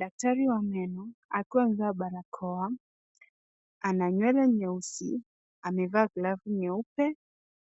Daktari wa meno akiwa amevaa barakoa ana nywele nyeusi. Amevaa glavu nyupe